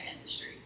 industry